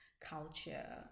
culture